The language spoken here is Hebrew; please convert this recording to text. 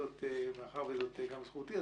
ומאחר שזו גם זכותי,